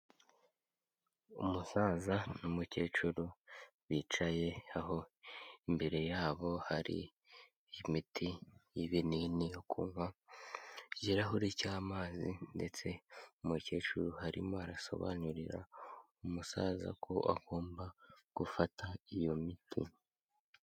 Umusaza n'umukecuru bicaye aho imbere yabo hari imiti y'ibinini yo kunywa, ikirahuri cy'amazi ndetse umukecuru arimo arasobanurira umusaza ko agomba gufata iyo miti.